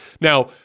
Now